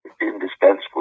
indispensable